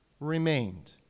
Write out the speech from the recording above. remained